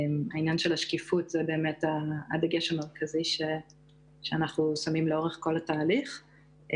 העניין של השקיפות זה הדגש המרכזי שאנחנו שמים לאורך כל התהליך.